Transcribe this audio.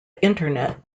internet